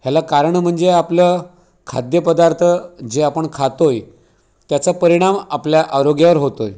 ह्याला कारण म्हणजे आपलं खाद्यपदार्थ जे आपण खातो आहे त्याचा परिणाम आपल्या आरोग्यावर होतो आहे